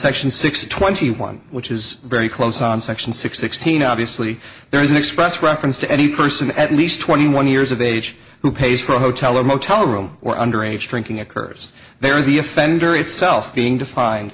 section six twenty one which is very close on section six sixteen obviously there is an express reference to any person at least twenty one years of age who pays for a hotel or motel room or underage drinking occurs they are the offender itself being defined